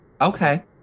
okay